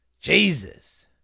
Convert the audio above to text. Jesus